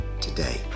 today